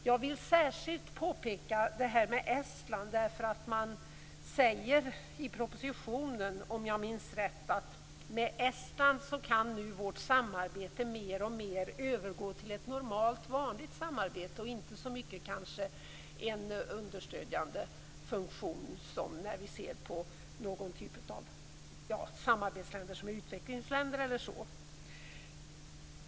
Jag vill särskilt påpeka förhållandet i Estland, därför att om jag minns rätt säger man i propositionen att med Estland kan vårt samarbete mer och mer övergå till ett vanligt samarbete och kanske inte så mycket ha en understödjande funktion som den vi har med samarbetsländer av typen utvecklingsländer.